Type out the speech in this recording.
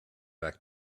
back